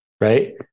right